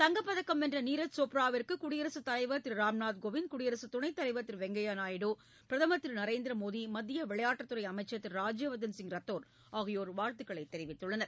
தங்கப்பதக்கம் வென்ற நீரஜ் சோப்ரவிற்கு குடியரசு தலைவர் திரு ராம்நாத் கோவிந்த் குடியரசு துணைத் தலைவர் திரு வெங்கப்ய நாயுடு பிரதமர் திரு நரேந்திர மோடி மத்திய விளையாட்டுத்துறை அமைச்ரச் திரு ராஜ்யவர்தன் சிங் ரத்தோர் ஆகியோர் வாழ்த்து தெரிவித்துள்ளனர்